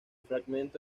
fragmento